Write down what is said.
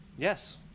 Yes